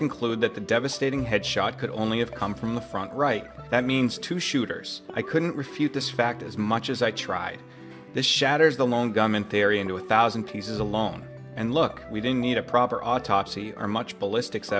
conclude that the devastating head shot could only have come from the front right that means two shooters i couldn't refute this fact as much as i tried this shatters the long gun in theri into a thousand pieces alone and look we didn't need a proper autopsy or much ballistic